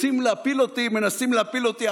רוצים להפיל אותי, מנסים להפיל אותי.